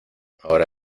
ahora